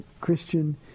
Christian